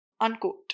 Unquote